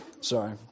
sorry